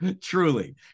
truly